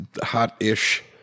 hot-ish